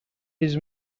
his